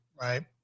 right